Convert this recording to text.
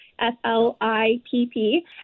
F-L-I-P-P